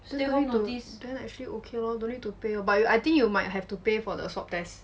stay home then actually okay lor don't need to pay but you I think you might have to pay for the swab test